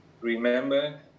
remember